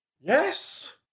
Yes